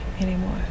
anymore